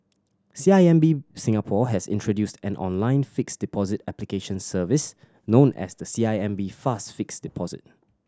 C I M B Singapore has introduced an online fixed deposit application service known as the C I M B Fast Fixed Deposit